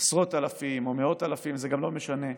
עשרות אלפים או מאות אלפים, זה גם לא משנה,